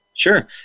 Sure